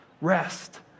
Rest